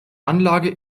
anlage